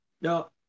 No